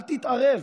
אל תתערב,